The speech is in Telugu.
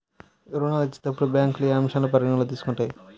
ఋణాలు ఇచ్చేటప్పుడు బ్యాంకులు ఏ అంశాలను పరిగణలోకి తీసుకుంటాయి?